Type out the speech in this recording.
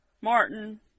Martin